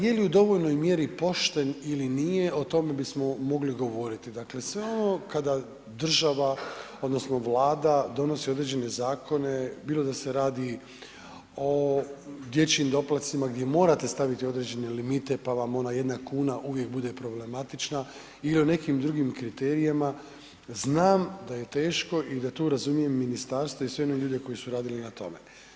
Je li u dovoljnoj mjeri pošten ili nije, o tome bismo mogli govoriti, dakle, sve ono kada država odnosno Vlada donosi određene zakone, bilo da se radi o dječjim doplacima gdje morate staviti određene limite, pa vam ona jedna kuna uvijek bude problematična i o nekim drugim kriterijima, znam da je teško i da tu razumijem ministarstvo i sve one ljude koji su radili na tome.